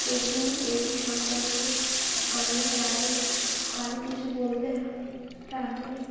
যদি এটি সম্পর্কে আমি আরও আরও কিছু বলতে হয় তাহলে